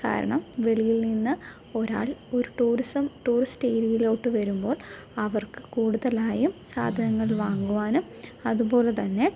കാരണം വെളിയിൽ നിന്ന് ഒരാൾ ഒരു ടൂറിസം ടൂറിസ്റ്റ് ഏരിയയിലോട്ട് വരുമ്പോൾ അവർക്ക് കൂടുതലായും സാധനങ്ങൾ വാങ്ങുവാനും അതുപോലെ തന്നെ